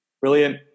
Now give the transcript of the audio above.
Brilliant